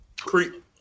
creep